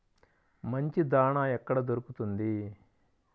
మంచి దాణా ఎక్కడ దొరుకుతుంది?